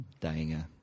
dying